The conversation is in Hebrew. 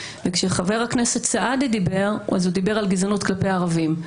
וכשחבר הכנסת סעדי דיבר הוא דיבר על גזענות כלפי ערבים.